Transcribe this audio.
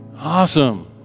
Awesome